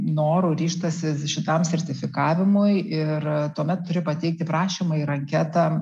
noru ryžtasi šitam sertifikavimui ir tuomet turi pateikti prašymą ir anketą